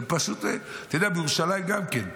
זה פשוט, בירושלים גם כן,